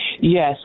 Yes